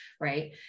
right